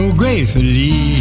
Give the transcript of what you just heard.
gracefully